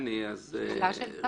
בני, אז --- שאלה של טעם.